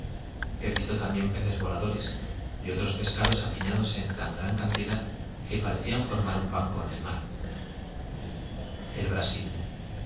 he visto también peces voladores y otros pescados apiñados en tan gran cantidad que parecían formar un banco en el mar el brasil